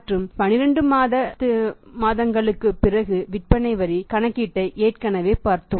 மற்றும் 12 மாதங்களுக்குப் பிறகு விற்பனை வரி கணக்கீட்டை ஏற்கனவே பார்த்தோம்